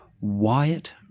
Wyatt